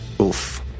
Oof